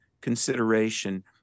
consideration